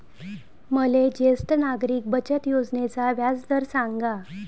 मले ज्येष्ठ नागरिक बचत योजनेचा व्याजदर सांगा